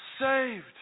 saved